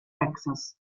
texas